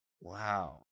wow